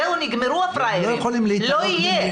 זהו, נגמרו הפראיירים, לא יהיה.